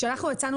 כשאנחנו יצאנו